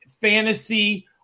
fantasy